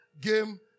game